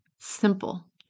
simple